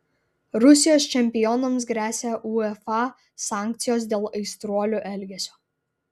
rusijos čempionams gresia uefa sankcijos dėl aistruolių elgesio